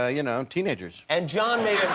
ah you know, teenagers. and john made